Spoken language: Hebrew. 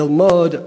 ללמוד,